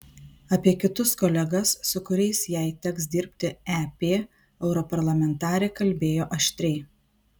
apie kitus kolegas su kuriais jai teks dirbti ep europarlamentarė kalbėjo aštriai